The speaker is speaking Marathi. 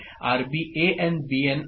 आरबी एएन बीएन आहे